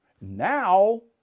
Now